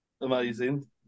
Amazing